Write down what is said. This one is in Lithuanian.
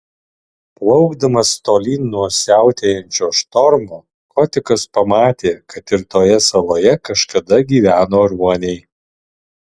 plaukdamas tolyn nuo siautėjančio štormo kotikas pamatė kad ir toje saloje kažkada gyveno ruoniai